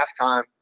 halftime